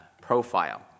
profile